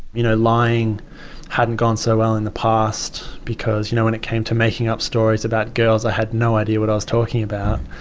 you know lying hadn't gone so well in the past because, you know, when it came to making up stories about girls i had no idea what i was talking about.